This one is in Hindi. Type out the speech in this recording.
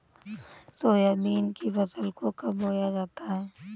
सोयाबीन की फसल को कब बोया जाता है?